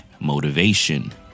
motivation